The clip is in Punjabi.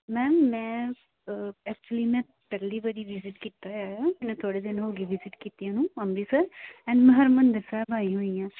ਮੈਮ ਮੈਂ ਐਕਚੁਲੀ ਮੈਂ ਪਹਿਲੀ ਵਾਰੀ ਵਿਜਿਟ ਕੀਤਾ ਹੋਇਆ ਆ ਮੈਨੂੰ ਥੋੜ੍ਹੇ ਦਿਨ ਹੋ ਗਏ ਵਿਜਿਟ ਕੀਤਿਆਂ ਨੂੰ ਅੰਮ੍ਰਿਤਸਰ ਐਂਡ ਮੈਂ ਹਰਿਮੰਦਰ ਸਾਹਿਬ ਆਈ ਹੋਈ ਹਾਂ